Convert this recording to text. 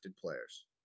players